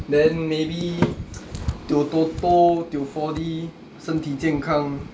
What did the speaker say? then maybe tio TOTO tio four D 身体健康